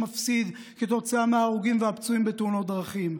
כתוצאה מההרוגים והפצעים בתאונות הדרכים.